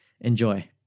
Enjoy